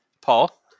Paul